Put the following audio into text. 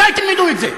מתי תלמדו את זה?